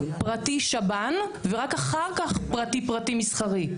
פרטי שב"ן ורק אחר כך פרטי פרטי מסחרי.